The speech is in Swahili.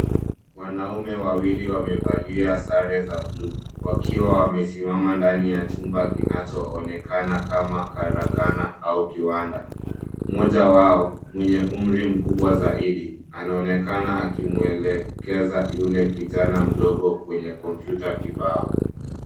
Wanaume wawili wamevalia sare za bluu wakiwa wamesimama ndani ya chumba kinachoonekana kama karakana au kiwanda. Mmoja wao mwenye umri mkubwa zaidi anaonekana akimwelekeza yule kijana mdogo kwenye kompyuta kibao.